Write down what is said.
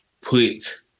put